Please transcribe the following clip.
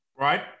Right